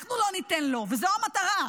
אנחנו לא ניתן לו, וזו המטרה.